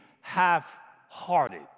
half-hearted